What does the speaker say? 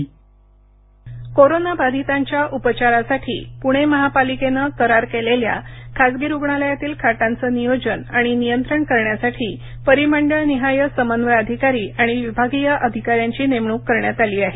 corona उपाययोजना कोरोनाबाधितांच्या उपचारासाठी पुणे महापालिकेने करार केलेल्या खासगी रूग्णालयातील खाटांचं नियोजन आणि नियंत्रण करण्यासाठी परिमंडळ निहाय समन्वय अधिकारी आणि विभागीय अधिकाऱ्यांची नेमणुक करण्यात आली आहे